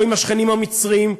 או עם השכנים המצרים,